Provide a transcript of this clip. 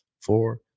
four